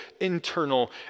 internal